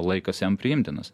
laikas jam priimtinas